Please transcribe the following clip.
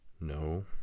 no